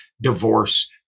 divorce